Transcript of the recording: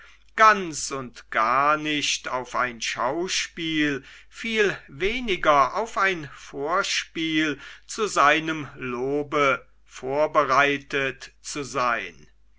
ganz und gar nicht auf ein schauspiel viel weniger auf ein vorspiel zu seinem lobe vorbereitet zu sein